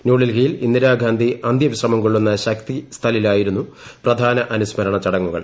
ന്യൂഡൽഹിയിൽ ഇന്ദിരാഗാന്ധി അന്ത്യവിശ്രമം കൊള്ളുന്ന ശക്തിസ്ഥലിലായിരുന്നു പ്രധാന അനുസ്മരണ ചടങ്ങുകൾ